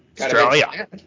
Australia